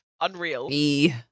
Unreal